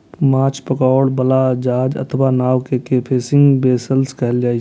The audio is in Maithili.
माछ पकड़ै बला जहाज अथवा नाव कें फिशिंग वैसेल्स कहल जाइ छै